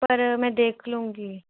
ਪਰ ਮੈਂ ਦੇਖ ਲੂੰਗੀ